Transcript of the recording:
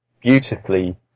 beautifully